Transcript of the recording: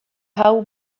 hau